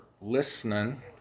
listening